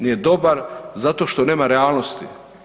Nije dobar zato što nema realnosti.